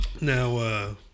Now